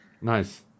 Nice